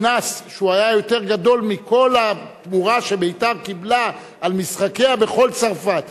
קנס שהוא היה יותר גדול מכל התמורה ש"בית"ר" קיבלה על משחקיה בכל צרפת.